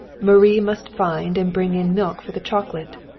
marie must find and bring in milk for the chocolate,